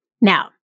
now